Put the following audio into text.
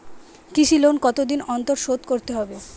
কৃষি লোন কতদিন অন্তর শোধ করতে হবে?